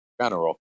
general